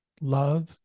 love